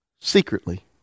secretly